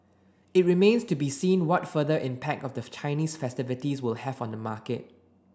it remains to be seen what further impact of the Chinese festivities will have on the market